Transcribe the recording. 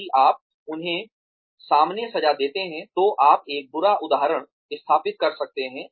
यदि आप उन्हें सामने सजा देते हैं तो आप एक बुरा उदाहरण स्थापित कर सकते हैं